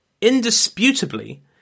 indisputably